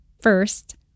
First